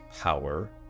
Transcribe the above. power